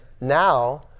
now